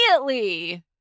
immediately